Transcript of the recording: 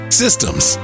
systems